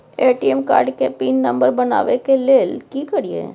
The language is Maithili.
ए.टी.एम कार्ड के पिन नंबर बनाबै के लेल की करिए?